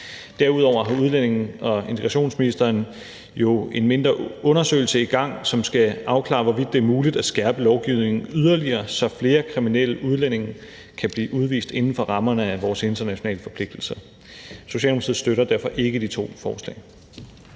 Derudover har udlændinge- og integrationsministeren jo en mindre undersøgelse i gang, som skal afklare, hvorvidt det er muligt at skærpe lovgivningen yderligere, så flere kriminelle udlændinge kan blive udvist inden for rammerne af vores internationale forpligtelser. Socialdemokratiet støtter derfor ikke de to forslag.